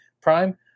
Prime